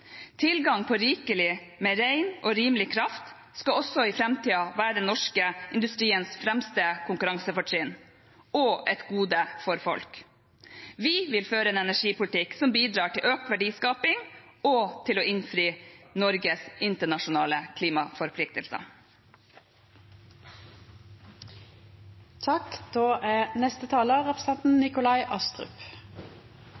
Tilgang til rikelig, ren og rimelig kraft skal også i framtiden være norsk industris fremste konkurransefortrinn og et gode for folk. Vi vil føre en energipolitikk som bidrar til økt verdiskaping og til å innfri Norges internasjonale